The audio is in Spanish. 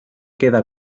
queda